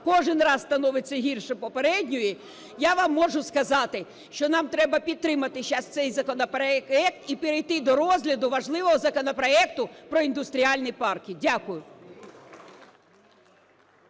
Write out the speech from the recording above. кожний раз становиться гірше попередньої, я вам можу сказати, що нам треба підтримати цей законопроект і перейти до розгляду важливого законопроекту про індустріальні парки. Дякую.